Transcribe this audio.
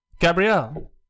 Gabrielle